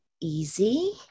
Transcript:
easy